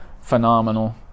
phenomenal